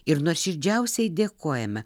ir nuoširdžiausiai dėkojame